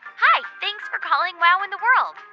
hi. thanks for calling wow in the world.